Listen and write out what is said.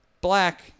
black